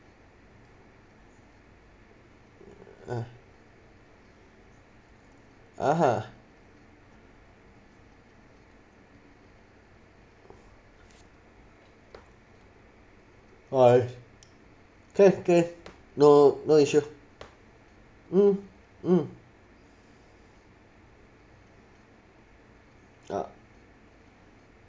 uh (uh huh) I K okay no no issue mm mm uh